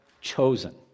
chosen